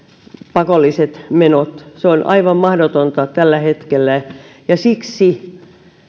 pakolliset menot se on aivan mahdotonta tällä hetkellä ja siksi